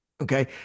Okay